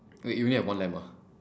wait wait wait you only have one lamb ah